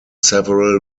several